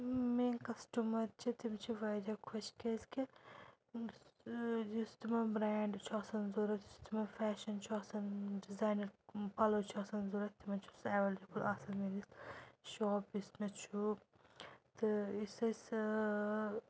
میٛٲنۍ کَسٹٕمَر چھِ تِم چھِ واریاہ خۄش کیازکہِ یُس یُس تِمَن برٛینڈ چھُ آسان ضوٚرَتھ یُس تِمَن فیشَن چھُ آسان ڈِزاینَر پَلو چھُ آسان ضوٚرَتھ تِمَن چھُ سُہ اٮ۪ویلیبٕل آسان شاپ یُس مےٚ چھُ تہٕ یُس أسہِ